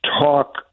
talk